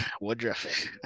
Woodruff